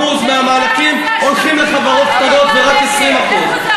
מהמענקים הולכים לחברות קטנות ורק 20% אבל אתה לא,